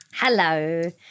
Hello